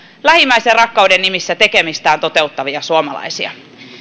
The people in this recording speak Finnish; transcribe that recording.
lähimmäisenrakkauden nimissä tekemistään toteuttavia suomalaisia